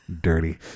Dirty